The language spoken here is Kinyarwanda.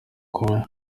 kuba